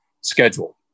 schedule